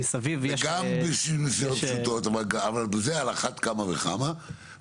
גם במסילות פשוטות, וזה על אחת כמה וכמה.